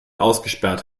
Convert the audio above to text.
ausgesperrt